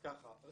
(שקף: תקציב בסיס ביחס למספר התלמידים מגמה רב שנתית).